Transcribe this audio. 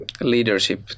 leadership